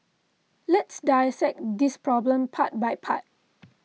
let's dissect this problem part by part